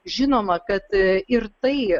žinoma kad ir tai